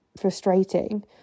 frustrating